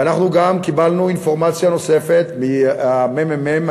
ואנחנו גם קיבלנו אינפורמציה נוספת מהממ"מ,